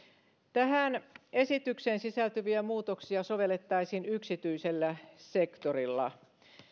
tähän esitykseen sisältyviä muutoksia sovellettaisiin yksityisellä sektorilla